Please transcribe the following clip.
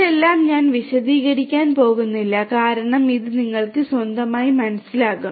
ഇതെല്ലാം ഞാൻ വിശദീകരിക്കാൻ പോകുന്നില്ല കാരണം ഇത് നിങ്ങൾക്ക് സ്വന്തമായി മനസ്സിലാകും